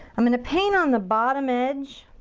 i'm gonna paint on the bottom edge